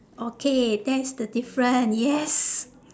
okay that's the different yes